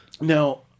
Now